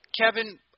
Kevin